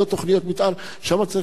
שם צריך אישורים חריגים.